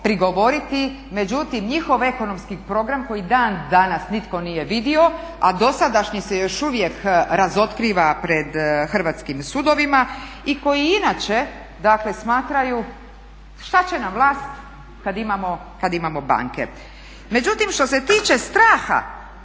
prigovoriti. Međutim njihov ekonomski program koji dan danas nitko nije vidio, a dosadašnji se još uvijek razotkriva pred hrvatskim sudovima i koji inače smatraju šta će nam vlast kada imamo banke. Međutim što se tiče straha